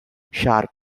sharp